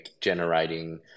generating